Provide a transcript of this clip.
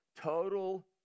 Total